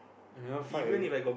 I never fight with it